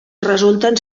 resulten